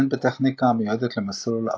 והן בטכניקה המיועדת למסלול עפר.